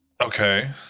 Okay